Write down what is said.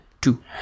Two